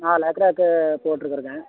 நாலு ஏக்கராவுக்கு போட்டிருக்குறேங்க